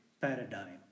paradigm